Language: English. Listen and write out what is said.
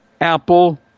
apple